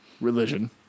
religion